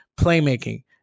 playmaking